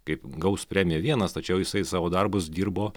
kaip gaus premiją vienas tačiau jisai savo darbus dirbo